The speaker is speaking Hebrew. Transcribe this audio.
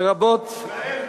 יהודה ושומרון.